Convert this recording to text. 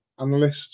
analysts